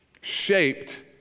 shaped